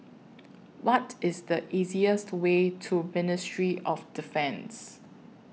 What IS The easiest Way to Ministry of Defence